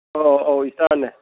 ꯑꯧ ꯑꯧ ꯏꯁꯇꯥꯔꯅꯦ